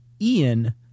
Ian